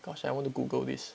oh my gosh I want to google this